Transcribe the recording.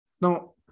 Now